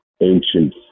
ancient